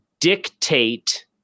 dictate